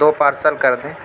دو parcel کر دیں